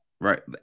right